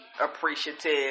appreciative